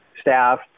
staff